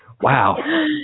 Wow